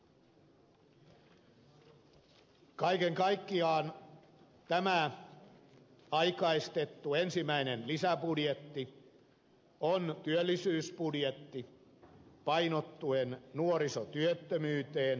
kaiken kaikkiaan tämä aikaistettu ensimmäinen lisäbudjetti on työllisyysbudjetti painottuen nuorisotyöttömyyteen